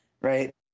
right